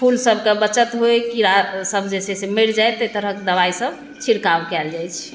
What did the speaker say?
फूलसभके बचत होय कीड़ासभ जे छै से मरि जाय ताहि तरहक दबाइसभ छिड़काव कयल जाइत छै